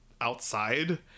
outside